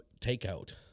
takeout